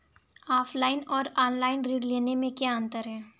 Offline और online ऋण लेने में क्या अंतर है?